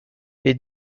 est